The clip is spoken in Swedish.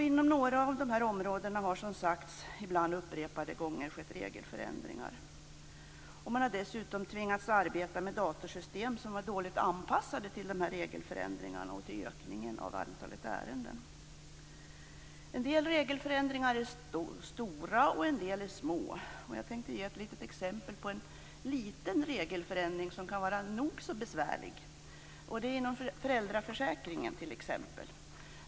Inom några av de här områdena har det, som sagts, ibland upprepade gånger skett regelförändringar. Man har dessutom tvingats arbeta med datorsystem som varit dåligt anpassade till de här regelförändringarna och till det ökade antalet ärenden. En del regelförändringar är stora, andra är små. Jag tänkte ge exempel på en liten regelförändring men en regelförändring som kan vara nog så besvärlig. Det gäller föräldraförsäkringen.